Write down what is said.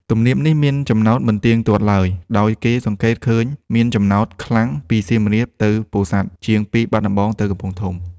ទំនាបនេះមានចំណោតមិនទៀងទាត់ឡើយ ដោយគេសង្កេតឃើញមានចំណោតខ្លាំងពីសៀមរាបទៅពោធិ៍សាត់ ជាងពីបាត់ដំបងទៅកំពង់ធំ។